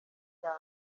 cyane